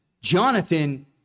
Jonathan